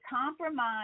compromise